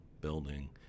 building